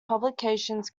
publications